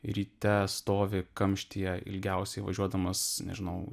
ryte stovi kamštyje ilgiausiai važiuodamas nežinau